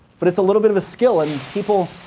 but it's a little bit of a skill. and people,